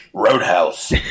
roadhouse